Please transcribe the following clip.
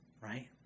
Right